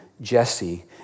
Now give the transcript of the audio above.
Jesse